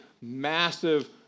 massive